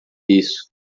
isso